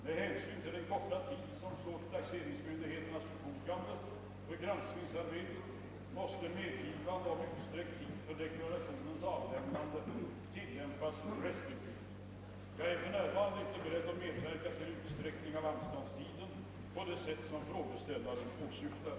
Med hänsyn till den korta tid som står till taxeringsmyndigheternas förfogande för granskningsarbetet måste medgivande om utsträckt tid för deklarationens avlämnande tillämpas restriktivt. Jag är för närvarande inte beredd att medverka till utsträckning av anståndsrätten på det sätt som frågeställaren åsyftar.